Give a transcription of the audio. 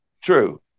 True